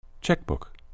Checkbook